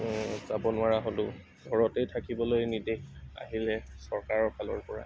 যাব নোৱাৰা হ'লো ঘৰতে থাকিবলৈ নিৰ্দেশ আহিলে চৰকাৰৰ ফালৰ পৰা